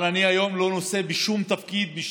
אבל אני היום לא נושא בשום תפקיד,